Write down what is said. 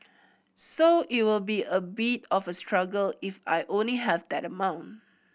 so it will be a bit of a struggle if I only have that amount